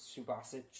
Subasic